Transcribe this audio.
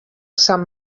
sant